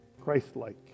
Christ-like